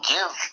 Give